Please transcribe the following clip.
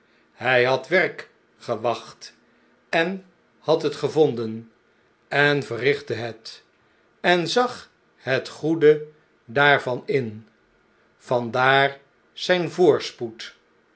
hjj had werk gewacht en had het gevonden en verrichte het en zag het goede daarvan in vandaar zijn voorspoed